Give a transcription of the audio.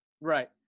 Right